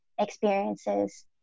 experiences